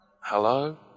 Hello